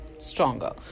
Stronger